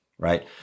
Right